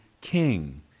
king